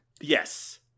Yes